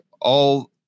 all-